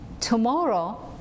tomorrow